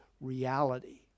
reality